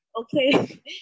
okay